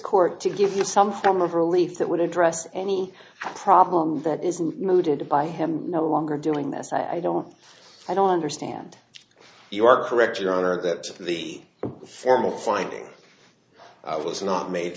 court to give you some form of relief that would address any problem that isn't noted by him no longer doing this i don't i don't understand you are correct your honor that the formal finding i was not made